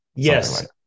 Yes